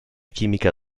chimica